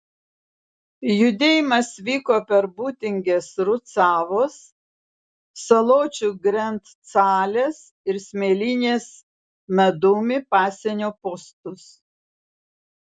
judėjimas vyko per būtingės rucavos saločių grenctalės ir smėlynės medumi pasienio postus